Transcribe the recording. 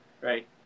Right